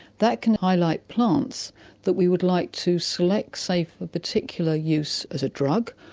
that can highlight plants that we would like to select, say, for a particular use as a drug.